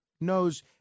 knows